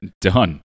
done